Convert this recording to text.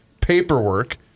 paperwork